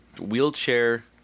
wheelchair